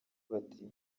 bati